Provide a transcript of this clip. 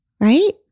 right